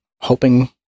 hoping